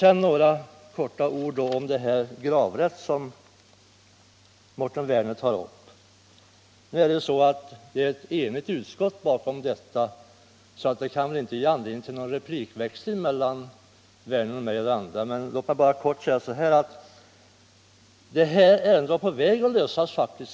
Sedan några få ord om gravrätt, ett ämne som Mårten Werner tagit upp. I den frågan är utskottet enigt, så det kan väl inte finnas anledning till någon replikväxling mellan herr Werner och mig eller någon annan. Låt mig bara helt kort säga att ärendet faktiskt en gång var på väg mot en lösning.